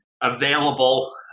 available